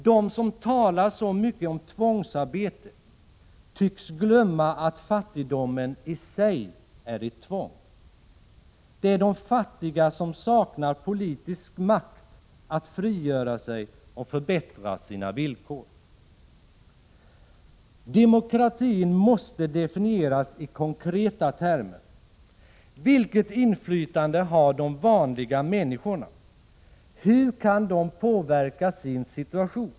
De som talar så mycket om tvångsarbete, tycks glömma att fattigdomen i sig är ett tvång. Det är de fattiga som saknar politisk makt att frigöra sig och förbättra sina villkor. Demokratin måste definieras i konkreta termer. Vilket inflytande har de vanliga människorna? Hur kan de påverka sin situation?